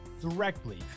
directly